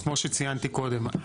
כמו שציינתי קודם,